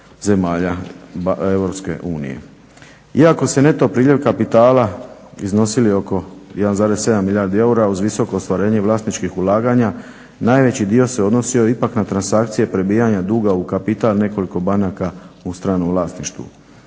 zemalja EU. Iako su neto priljevi kapitala iznosili oko 1,7 milijardi eura uz visoko ostvarenje vlasničkih ulaganja najveći dio se odnosio ipak na transakcije prebijanja duga u kapital nekoliko banaka u stranom vlasništvu.